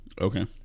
Okay